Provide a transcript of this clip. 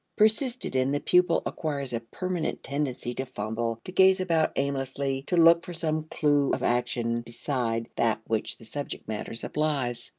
persisted in, the pupil acquires a permanent tendency to fumble, to gaze about aimlessly, to look for some clew of action beside that which the subject matter supplies.